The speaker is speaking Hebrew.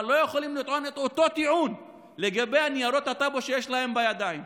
לא יכולים לטעון את אותו טיעון לגבי ניירות הטאבו שיש להם בידיים.